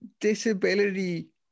disability